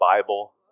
Bible